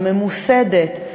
הממוסדת,